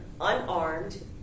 unarmed